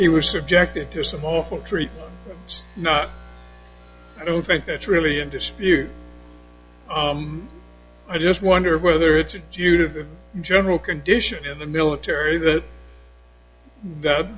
he was subjected to some awful treat not i don't think that's really in dispute i just wonder whether it's a due to the general condition in the military that that